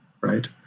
right